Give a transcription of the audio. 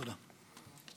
תודה.